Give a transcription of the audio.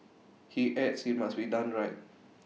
he adds IT must be done right